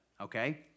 Okay